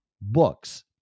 Books